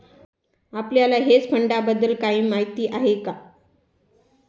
आपल्याला हेज फंडांबद्दल काही माहित आहे का?